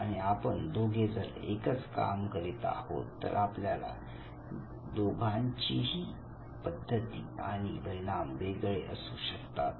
आणि आपण दोघे जर एकच काम करीत आहोत तर आपल्या दोघांचीही पद्धती आणि परिणाम हे वेगवेगळे असू शकतात